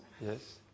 Yes